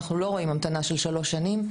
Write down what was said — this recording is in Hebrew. אנחנו לא רואים המתנה של שלוש שנים,